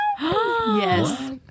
yes